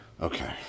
okay